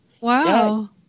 Wow